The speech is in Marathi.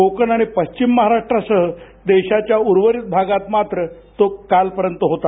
कोकण आणि पश्चिम महाराष्ट्रासह देशाच्या उर्वरीत भागात मात्र तो कालपर्यंत होता